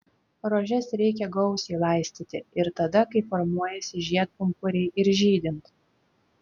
rožes reikia gausiai laistyti ir tada kai formuojasi žiedpumpuriai ir žydint